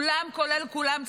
כולם כולל כולם,